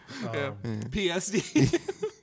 PSD